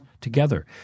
together